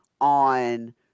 on